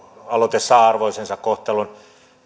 aloite saa arvoisensa kohtelun